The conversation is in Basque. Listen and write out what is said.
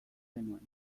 genuen